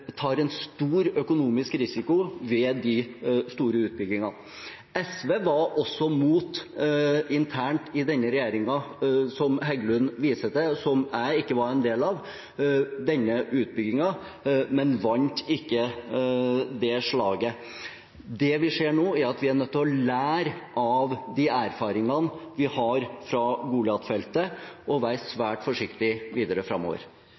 tar en stor økonomisk risiko ved de store utbyggingene. SV var også imot denne utbyggingen internt i den regjeringen som Heggelund viser til – som jeg ikke var en del av – men vant ikke det slaget. Det vi ser nå, er at vi er nødt til å lære av de erfaringene vi har fra Goliat-feltet, og være svært forsiktige videre framover.